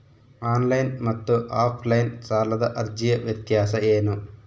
Online ಮತ್ತು offline ಸಾಲದ ಅರ್ಜಿಯ ವ್ಯತ್ಯಾಸ ಏನು?